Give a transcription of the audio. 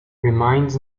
remind